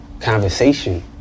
conversation